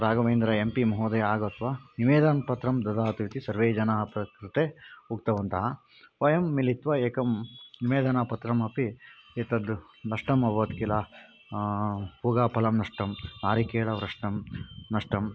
राघवेन्द्रः M P महोदयः आगत्य निवेदनपत्रं ददातु इति सर्वे जनाः कृते उक्तवन्तः वयं मिलित्वा एकं निवेदनपत्रमपि एतद् नष्टम् अभवत् किल पूगीफलं नष्टम् नारिकेलं वृष्टं नष्टम्